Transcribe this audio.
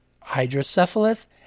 hydrocephalus